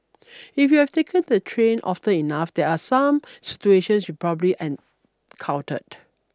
if you have taken the train often enough there are some situations probably and countered